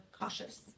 cautious